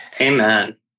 Amen